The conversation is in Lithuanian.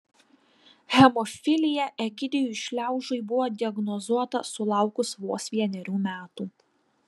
hemofilija egidijui šliaužiui buvo diagnozuota sulaukus vos vienerių metų